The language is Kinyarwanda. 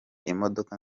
imodoka